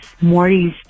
Morty's